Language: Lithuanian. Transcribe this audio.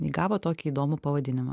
įgavo tokį įdomų pavadinimą